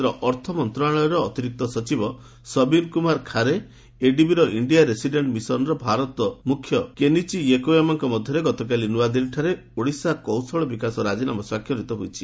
କେନ୍ଦ୍ର ଅର୍ଥ ମନ୍ତ୍ରଶାଳୟର ଅତିରିକ୍ତ ସଚିବ ସମୀର କୁମାର ଖାରେ ଏଡିବିର ଇଣ୍ଡିଆ ରେସିଡେଣ୍ଟ୍ ମିଶନ୍ର ଭାରତ ମୁଖ୍ୟ କେନିଚି ୟୋକୋୟାମାଙ୍କ ମଧ୍ୟରେ ଗତକାଲି ନୂଆଦିଲ୍ଲୀଠାରେ ଓଡ଼ିଶା କୌଶଳ ବିକାଶ ରାଜିନାମା ସ୍ୱାକ୍ଷରିତ ହୋଇଛି